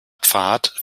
pfad